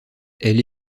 elle